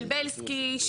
של בלסקי,